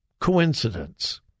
coincidence